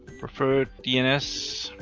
preferred dns.